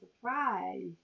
surprise